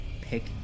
pick